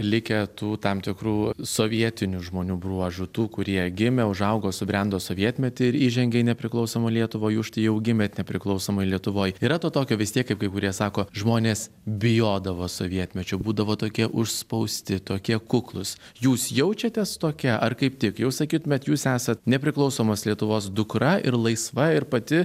likę tų tam tikrų sovietinių žmonių bruožų tų kurie gimė užaugo subrendo sovietmety ir įžengė į nepriklausomą lietuvą jūs štai jau gimėt nepriklausomoj lietuvoj yra to tokio vis tiek kaip kai kurie sako žmonės bijodavo sovietmečiu būdavo tokie užspausti tokie kuklūs jūs jaučiatės tokia ar kaip tik jau sakytumėt jūs esat nepriklausomos lietuvos dukra ir laisva ir pati